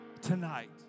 tonight